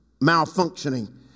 malfunctioning